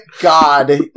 God